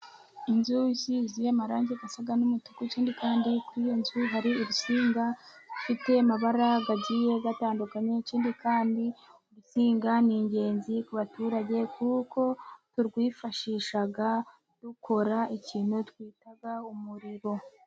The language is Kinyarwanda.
Inzu isize amarangi asa n'umutuku，ikindi kandi ku iyo nzu hari urusinga rufite amabara agiye atandukanye， ikindi kandi urutsinga ni ingenzi ku baturage， kuko turwifashisha dukora ikintu twita umuriro.